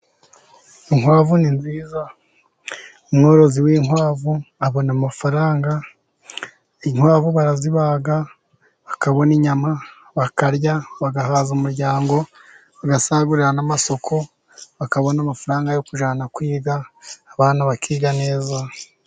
Inkwavu ni nziza , umworozi w'inkwavu abona amafaranga. Inkwavu barazibaga ,bakabona inyama bakarya bagahaza umuryango bagasagurira n'amasoko bakabona amafaranga yo kujyana kwiga abantu bakiga neza.